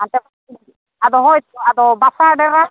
ᱦᱟᱱᱛᱮ ᱟᱫᱚ ᱦᱳᱭ ᱛᱚ ᱟᱫᱚ ᱵᱟᱥᱟ ᱰᱮᱨᱟ